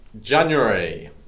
January